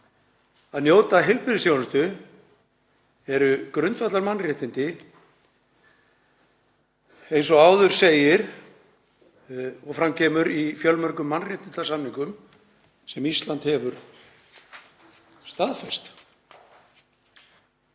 Að njóta heilbrigðisþjónustu eru grundvallarmannréttindi eins og áður segir eins og fram kemur í fjölmörgum mannréttindasamningum sem Ísland hefur staðfest.“